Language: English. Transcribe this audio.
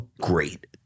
great